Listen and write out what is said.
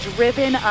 Driven